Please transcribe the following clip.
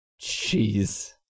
Jeez